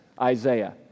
Isaiah